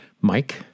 mike